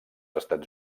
estats